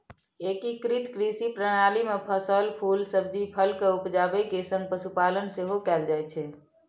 एकीकृत कृषि प्रणाली मे फसल, फूल, सब्जी, फल के उपजाबै के संग पशुपालन सेहो कैल जाइ छै